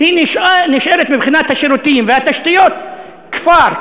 נשארת מבחינת השירותים והתשתיות כפר,